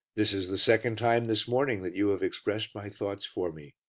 this is the second time this morning that you have expressed my thoughts for me.